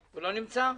בזמנו,